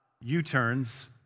U-turns